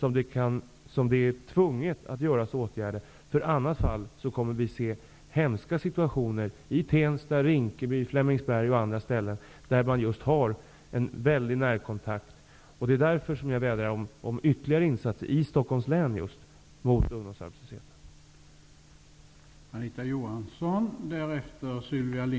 I annat fall kommer vi att få se hemska skeden i Tensta, Rinkeby, Flemingsberg m.fl. ställen där man har stor närkontakt. Därför vädjar jag om ytterligare insatser -- i just Stockholms län -- för att komma till rätta med ungdomsarbetslösheten.